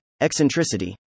eccentricity